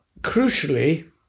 crucially